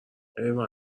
ایول